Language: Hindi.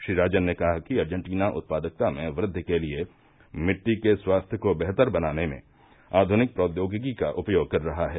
श्री राजन ने कहा कि अर्जेन्टीना उत्पादकता में वृद्वि के लिए मिट्टी के स्वास्थ्य को बेहतर बनाने में आधुनिक प्रौद्योगिकी का उपयोग कर रहा है